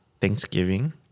Thanksgiving